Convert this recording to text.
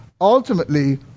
Ultimately